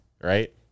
right